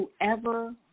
whoever